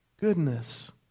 goodness